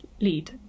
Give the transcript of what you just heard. lead